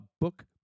Book